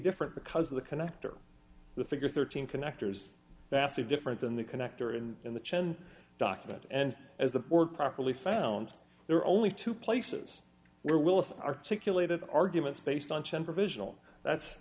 different because of the connector the figure thirteen connectors vastly different than the connector and in the chen document and as the board properly found there are only two places where willis articulated arguments based on t